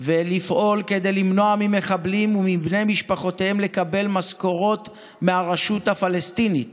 לפעול כדי למנוע ממחבלים ומבני משפחותיהם לקבל משכורות מהרשות הפלסטינית